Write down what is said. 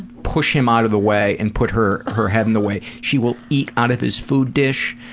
push him out of the way and put her her head in the way. she will eat out of his food dish,